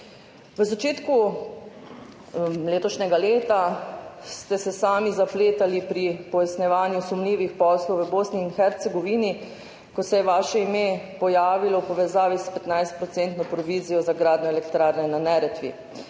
V začetku letošnjega leta ste se sami zapletali pri pojasnjevanju sumljivih poslov v Bosni in Hercegovini, ko se je vaše ime pojavilo v povezavi s 15 % provizijo za gradnjo elektrarne na Neretvi.